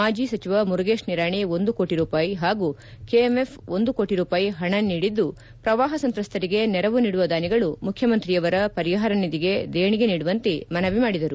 ಮಾಜಿ ಸಚಿವ ಮುರೇಗೇಶ್ ನಿರಾಣಿ ಒಂದು ಕೋಟಿ ರೂಪಾಯಿ ಹಾಗೂ ಕೆಎಂಎಫ್ ಒಂದು ಕೋಟಿ ರೂಪಾಯಿ ಹಣ ನೀಡಿದ್ದು ಪ್ರವಾಹ ಸಂತ್ರಸ್ತರಿಗೆ ನೆರವು ನೀಡುವ ದಾನಿಗಳು ಮುಖ್ಯಮಂತ್ರಿಯವರ ಪರಿಹಾರ ನಿಧಿಗೆ ದೇಣಿಗೆ ನೀಡುವಂತೆ ಮನವಿ ಮಾಡಿದರು